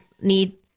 need